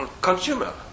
consumer